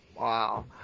Wow